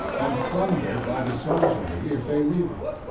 and plundered by the soldiery if they leave it.